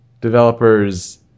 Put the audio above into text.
developers